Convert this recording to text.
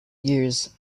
years